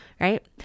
right